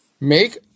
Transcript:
Make